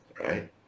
right